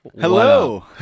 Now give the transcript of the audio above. Hello